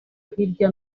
hirya